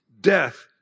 death